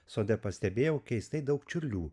sode pastebėjau keistai daug čiurlių